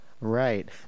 Right